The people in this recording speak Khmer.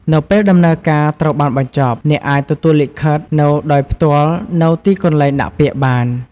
នៅពេលដំណើរការត្រូវបានបញ្ចប់ អ្នកអាចទទួលលិខិតនៅដោយផ្ទាល់នៅទីកន្លែងដាក់ពាក្យបាន។